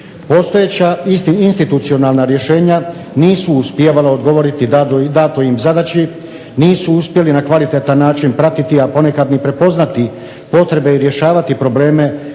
Postojeća institucionalna rješenja nisu uspijevala odgovoriti datoj im zadaći, nisu uspjeli na kvalitetan način pratiti, a ponekad ni prepoznati potrebe i rješavati probleme